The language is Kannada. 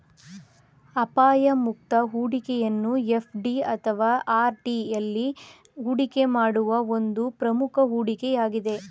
ಅಪಾಯ ಮುಕ್ತ ಹೂಡಿಕೆಯನ್ನು ಎಫ್.ಡಿ ಅಥವಾ ಆರ್.ಡಿ ಎಲ್ಲಿ ಹೂಡಿಕೆ ಮಾಡುವ ಒಂದು ಪ್ರಮುಖ ಹೂಡಿಕೆ ಯಾಗಿದೆ